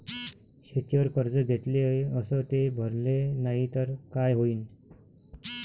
शेतीवर कर्ज घेतले अस ते भरले नाही तर काय होईन?